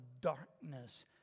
darkness